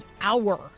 hour